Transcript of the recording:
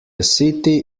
city